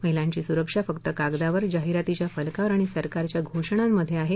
महिलांची सुरक्षा फक्त कागदावर जाहिरातीच्या फलकावर आणि सरकारच्या घोषणांमध्ये आहे